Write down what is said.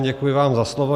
Děkuji vám za slovo.